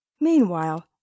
Meanwhile